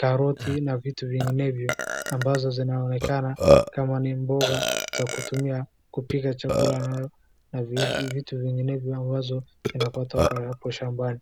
carrot na vitu vinginevyo ambazo zinaonekana kama ni mboga za kutumia kupika chakula na vitu vinginevyo ambazo zinapatwa kwa hapo shambani.